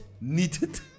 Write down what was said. needed